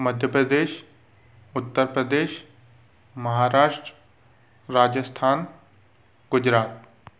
Madhya Pradesh Uttar Pradesh Maharashtra Rajasthan Gujarat